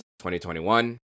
2021